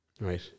Right